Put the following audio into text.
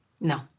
No